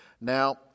now